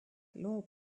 loob